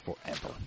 forever